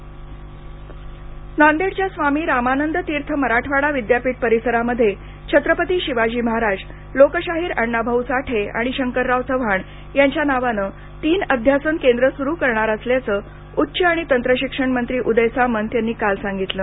नांदेड अध्यासने नांदेडच्या स्वामी रामानंद तीर्थ मराठवाडा विद्यापीठ परिसरामध्ये छत्रपती शिवाजी महाराज लोकशाहीर अण्णाभाऊ साठे आणि शंकरराव चव्हाण यांच्या नावानं तीन अध्यासन केंद्रं सुरू करणार असल्याचं उच्च आणि तंत्र शिक्षण मंत्री उदय सामंत यांनी काल सांगितलं